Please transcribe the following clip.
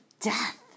death